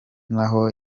naho